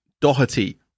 Doherty